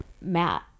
Matt